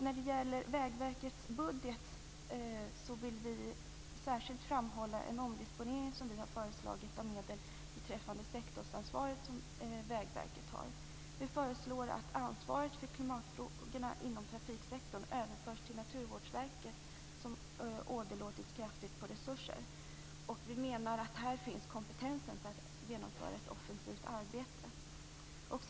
När det gäller Vägverkets budget vill vi särskilt framhålla en omdisponering som vi har föreslagit av medel beträffande det sektorsansvar som Vägverket har. Vi föreslår att ansvaret för klimatfrågorna inom trafiksektorn överförs till Naturvårdsverket - som åderlåtits kraftigt på resurser. Vi menar att kompetensen för att genomföra ett offensivt arbete finns här.